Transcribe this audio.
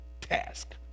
task